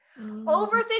overthink